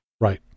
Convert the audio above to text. right